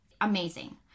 amazing